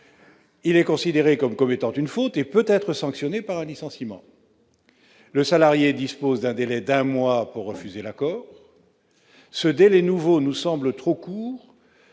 on considère qu'il commet une faute et il peut donc être sanctionné par un licenciement. Le salarié dispose d'un délai d'un mois pour refuser l'accord. Ce délai, nouveau, nous semble trop court.